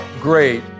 great